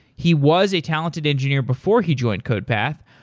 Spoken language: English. he was a talented engineer before he joined codepath,